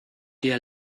dir